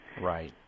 Right